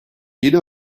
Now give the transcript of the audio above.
yeni